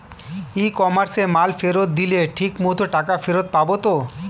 ই কমার্সে মাল ফেরত দিলে ঠিক মতো টাকা ফেরত পাব তো?